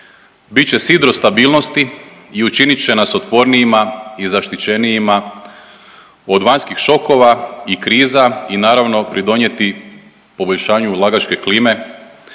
će sidro stabilnosti i učinit će nas otpornijima i zaštićenijima od vanjskih šokova i kriza i naravno pridonijeti poboljšanju ulagačke klime,